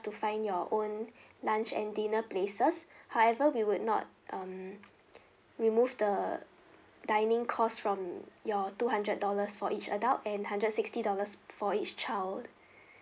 to find your own lunch and dinner places however we would not um remove the dining cost from your two hundred dollars for each adult and hundred sixty dollars for each child